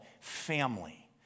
family